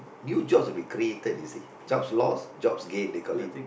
new jobs will be created you see jobs loss jobs gain they call it